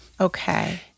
Okay